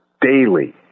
daily